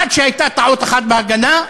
עד שהייתה טעות אחת בהגנה,